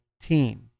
team